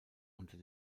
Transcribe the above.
unter